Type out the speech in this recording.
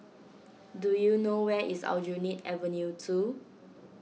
do you know where is Aljunied Avenue two